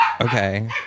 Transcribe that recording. Okay